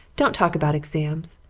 don't talk about exams!